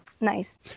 Nice